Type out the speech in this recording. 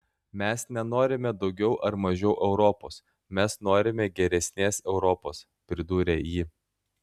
mes nenorime daugiau ar mažiau europos mes norime geresnės europos pridūrė ji